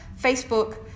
Facebook